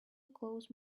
close